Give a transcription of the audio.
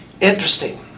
Interesting